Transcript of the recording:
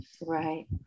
Right